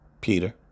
Peter